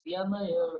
vieną ir